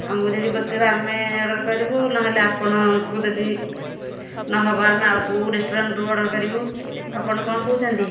ଆମକୁ ଯଦି ପୋଷାଇବ ଆମେ ଅର୍ଡ଼ର୍ କରିବୁ ନହେଲେ ଆପଣଙ୍କୁ ଯଦି ନହବ ଆମେ ଆଉ କେଉଁ ରେଷ୍ଟୁରାଣ୍ଟ୍ରୁ ଅର୍ଡ଼ର୍ କରିବୁ ଆପଣ କ'ଣ କହୁଛନ୍ତି